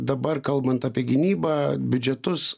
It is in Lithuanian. dabar kalbant apie gynybą biudžetus